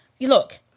look